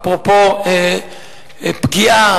אפרופו פגיעה,